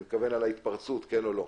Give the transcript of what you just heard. אני מתכוון התפרצות כן או לא.